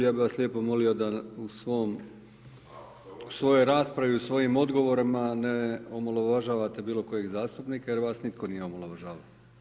Ja bih vas lijepo molio da u svoj raspravi, u svojim odgovorima ne omalovažavate bilo kojeg zastupnika jer vas nitko nije omalovažavao.